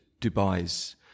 Dubai's